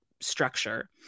structure